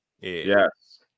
Yes